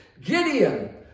Gideon